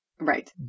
Right